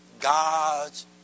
God's